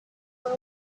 blue